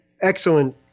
excellent